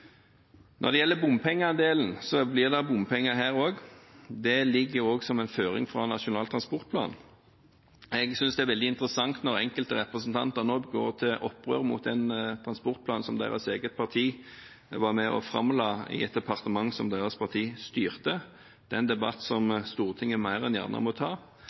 Når det gjelder bompengeandelen, blir det bompenger her også, og det ligger jo også som en føring fra Nasjonal transportplan. Jeg synes det er veldig interessant når enkelte representanter nå går til opprør mot den transportplanen som deres eget parti var med på å framlegge, i et departement som deres parti styrte. Det er en debatt som Stortinget mer enn gjerne må ta,